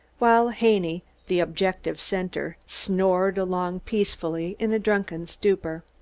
while haney, the objective center, snored along peacefully in a drunken stupor.